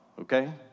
okay